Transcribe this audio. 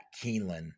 Keeneland –